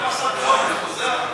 זה לשישה חודשים,